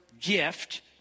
gift